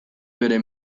bere